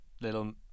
little